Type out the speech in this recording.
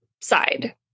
side